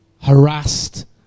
harassed